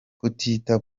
kutita